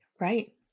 Right